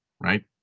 right